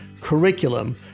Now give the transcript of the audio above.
curriculum